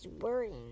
worrying